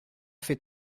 fait